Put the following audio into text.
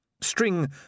String